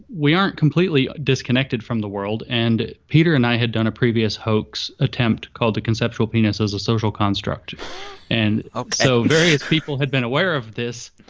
we aren't completely disconnected from the world. and peter and i had done a previous hoax attempt called the conceptual penis as a social construct. ok and ah so various people had been aware of this.